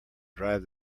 drive